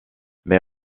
mais